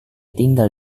tinggal